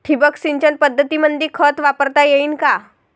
ठिबक सिंचन पद्धतीमंदी खत वापरता येईन का?